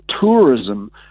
tourism